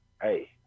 hey